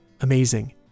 amazing